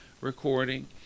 recording